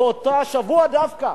באותו שבוע דווקא